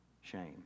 shame